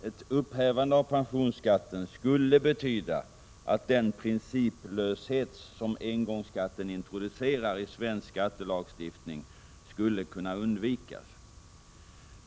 Ett upphävande av pensionsskatten skulle betyda att den principlöshet som engångsskatten introducerar i svensk skattelagstiftning skulle undvikas.